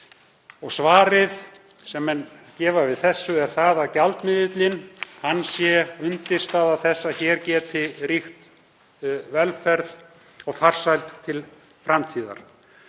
Og svarið sem menn gefa við þessu er að gjaldmiðillinn sé undirstaða þess að hér geti ríkt velferð og farsæld til framtíðar.